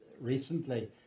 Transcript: recently